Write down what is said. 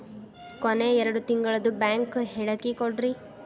ಕೊನೆ ಎರಡು ತಿಂಗಳದು ಬ್ಯಾಂಕ್ ಹೇಳಕಿ ಕೊಡ್ರಿ